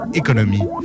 économie